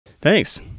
Thanks